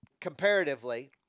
comparatively